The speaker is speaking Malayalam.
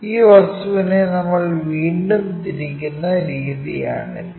ഈ വസ്തുവിനെ നമ്മൾ വീണ്ടും തിരിക്കുന്ന രീതിയാണിത്